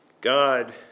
God